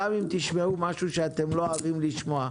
אם תשמעו משהו שאתם לא אוהבים לשמוע.